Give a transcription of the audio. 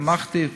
אני תמכתי,